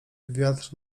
wiatr